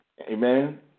Amen